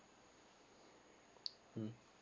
mm